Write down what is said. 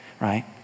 right